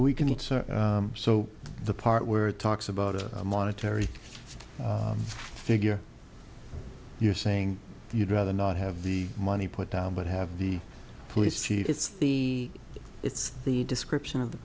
we can so the part where it talks about a monetary figure you're saying you'd rather not have the money put down but have the police chief it's the it's the description of the